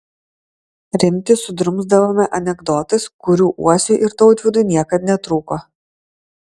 rimtį sudrumsdavome anekdotais kurių uosiui ir tautvydui niekad netrūko